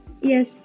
Yes